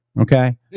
Okay